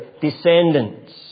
descendants